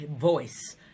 Voice